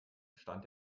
stand